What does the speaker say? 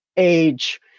age